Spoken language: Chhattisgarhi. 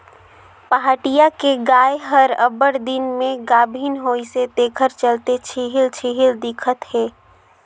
पहाटिया के गाय हर अब्बड़ दिन में गाभिन होइसे तेखर चलते छिहिल छिहिल दिखत हे